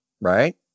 right